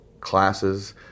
classes